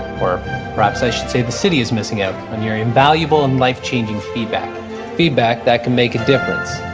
or perhaps i should say the city is missing out on your invaluable and life changing feedback feedback that can make a difference.